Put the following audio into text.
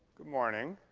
good morning.